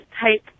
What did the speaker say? type